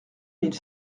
mille